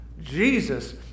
Jesus